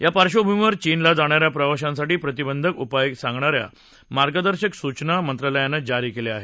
या पार्श्वभूमीवर चीनला जाणाऱ्या प्रवाशांसाठी प्रतिबंधक उपाय सांगणाऱ्या मार्गदर्शक सूचना मंत्रालयानं जारी केल्या आहेत